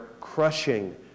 crushing